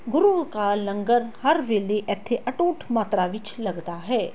ਗੁਰੂ ਕਾ ਲੰਗਰ ਹਰ ਵੇਲੇ ਇੱਥੇ ਅਟੁੱਟ ਮਾਤਰਾ ਵਿੱਚ ਲੱਗਦਾ ਹੈ